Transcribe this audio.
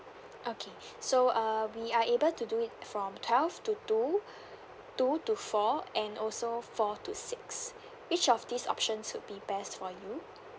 okay so uh we are able to do it from twelve to two two to four and also four to six which of these options would be best for you